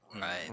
Right